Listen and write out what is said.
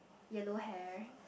yellow hair